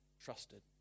trusted